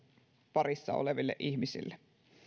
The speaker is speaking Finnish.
parissa oleville ihmisille